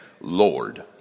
Lord